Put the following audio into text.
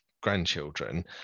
grandchildren